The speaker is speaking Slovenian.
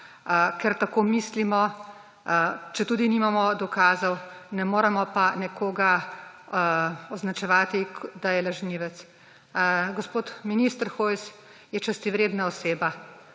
ker tako mislimo, četudi nimamo dokazov. Ne moremo pa nekoga označevati, da je lažnivec. Gospod minister Hojs je častivredna oseba,